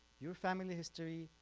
your family history,